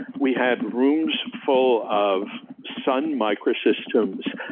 we had rooms full of sun microsystems,